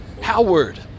Howard